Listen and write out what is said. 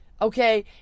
okay